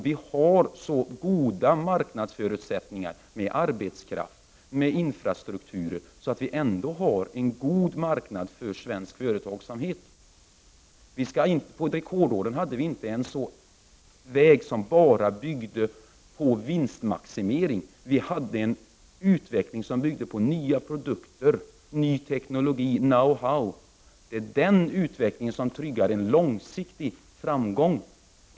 Vi har så goda marknadsförutsättningar med arbetskraft, med infrastrukturer att vi ändå har en god marknad för svensk företagsamhet. Under rekordåren följde vi inte en väg som bara byggde på vinstmaximering. Vi hade en utveckling som byggde på nya produkter, ny teknologi, know how. Det är den utvecklingen som tryggar en långsiktig framgång.